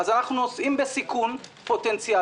אז אנחנו נושאים בסיכון פוטנציאלי,